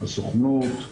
הסוכנות,